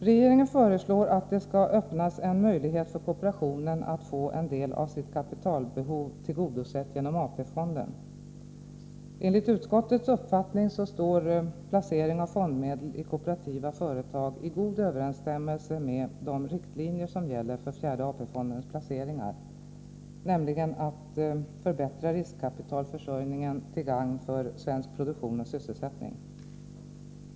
Regeringen föreslår att det öppnas en möjlighet för kooperationen att få en del av sitt kapitalbehov tillgodosett genom AP-fonden. Enligt utskottets uppfattning står placering av fondmedel i kooperativa företag i god överensstämmelse med de riktlinjer som gäller för 4:e AP-fondstyrelsens placeringar, nämligen att förbättra riskkapitalförsörjningen till gagn för svensk produktion och sysselsättning.